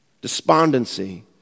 despondency